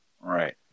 Right